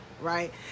right